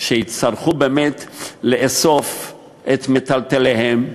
שהצטרכו לאסוף את מיטלטליהם,